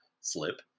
slip